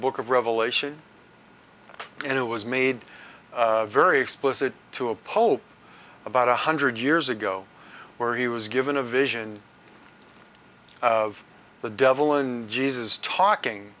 book of revelation and it was made very explicit to a pope about one hundred years ago where he was given a vision of the devil in jesus talking